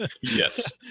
yes